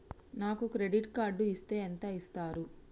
నాకు credit card ఇస్తే ఎంత ఇస్తరు?